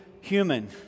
human